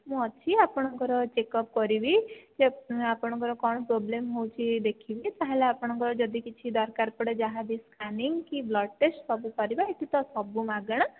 ମୁଁ ଅଛି ଆପଣଙ୍କର ଚେକ୍ ଅପ କରିବି ଆପଣଙ୍କର କ'ଣ ପ୍ରବ୍ଲମ୍ ହେଉଛି ଦେଖିକି ତାହାଲେ ଆପଣଙ୍କର ଯଦି କିଛି ଦରକାର ପଡ଼େ ଯାହାବି ସ୍କାନିଙ୍ଗି କି ବ୍ଲଡ଼ ଟେଷ୍ଟ ସବୁ କରିବା ଏହିଠିତ ସବୁ ମାଗେଣା